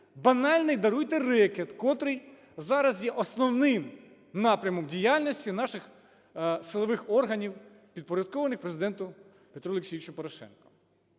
банальний, даруйте, рекет, котрий зараз є основним напрямом діяльності наших силових органів, підпорядкованих Президенту Петру Олексійовичу Порошенко.